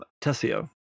Tessio